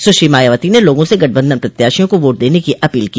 सुश्री मायावती ने लोगों से गठबंधन प्रत्याशियों को वोट देने की अपील की